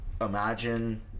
imagine